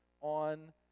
on